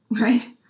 right